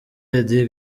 lady